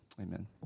Amen